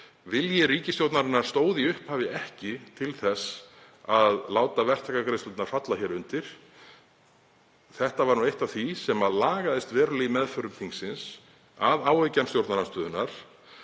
Vilji ríkisstjórnarinnar stóð í upphafi ekki til þess að láta verktakagreiðslurnar falla hér undir. Þetta var eitt af því sem lagaðist verulega í meðförum þingsins að áeggjan stjórnarandstöðunnar